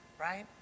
right